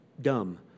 dumb